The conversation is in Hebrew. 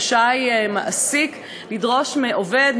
רשאי מעסיק לדרוש מעובד,